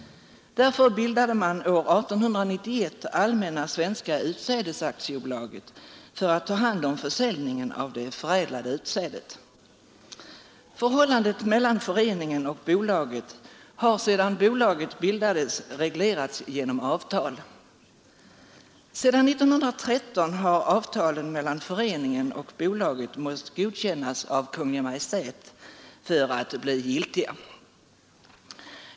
Därför bildade man år 1891 Allmänna svenska utsädesaktiebolaget för att ta hand om försäljningen av det förädlade utsädet. Förhållandet mellan föreningen och bolaget har sedan bolaget bildades reglerats genom avtal. Sedan 1913 har avtalen mellan föreningen och bolaget måst godkännas av Kungl. Maj:t för att bli giltiga.